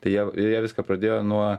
tai jie jie viską pradėjo nuo